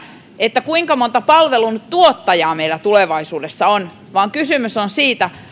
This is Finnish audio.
se kuinka monta palveluntuottajaa meillä tulevaisuudessa on vaan kysymys on se